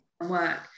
work